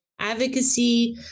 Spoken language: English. advocacy